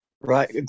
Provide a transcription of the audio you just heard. Right